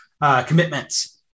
commitments